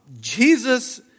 Jesus